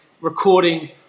recording